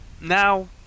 now